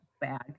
bag